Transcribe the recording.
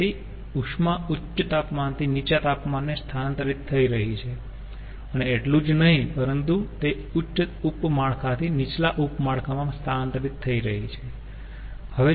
તેથી ઉષ્મા ઉચ્ચ તાપમાનથી નીચા તાપમાને સ્થાનાંતરિત થઈ રહી છે અને એટલું જ નહીં પરંતુ તે ઉચ્ચ ઉપ માળખાથી નીચલા ઉપ માળખા માં સ્થાનાંતરિત થઈ રહી છે